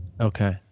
Okay